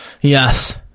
yes